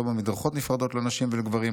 לא במדרכות נפרדות לנשים ולגברים,